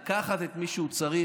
לקחת את מי שהוא צריך,